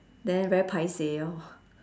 then very paiseh orh